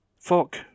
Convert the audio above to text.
fuck